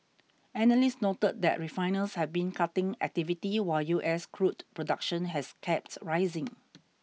analysts noted that refiners have been cutting activity while U S crude production has kept rising